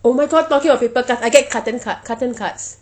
oh my god talking about paper cut I get carton cut carton cuts